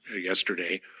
yesterday